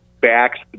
backs